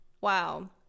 Wow